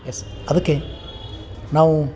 S ಅದಕ್ಕೆ ನಾವು